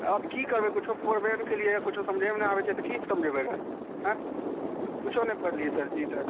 अब की करबै कुछो पढ़बे ने केलियै कुछो समझे ने आबै छै तऽ की समझेबै गऽ हैं कुछो नहि पढ़लियै सर जी तऽ